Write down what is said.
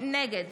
נגד